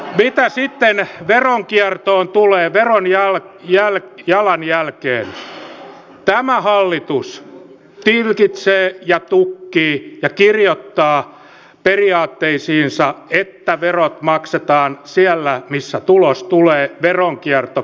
mitä sitten veronkiertoon tulee verojalanjälkeen tämä hallitus tilkitsee ja tukkii ja kirjoittaa periaatteisiinsa että verot maksetaan siellä missä tulos tulee veronkierto kielletään